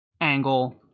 angle